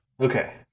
Okay